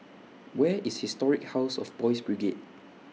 Where IS Historic House of Boys' Brigade